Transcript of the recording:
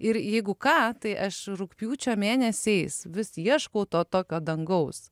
ir jeigu ką tai aš rugpjūčio mėnesiais vis ieškau to tokio dangaus